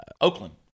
Oakland